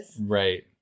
Right